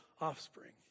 offspring